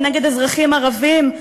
נגד אזרחים ערבים,